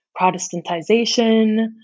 Protestantization